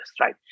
right